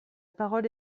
parole